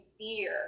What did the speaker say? fear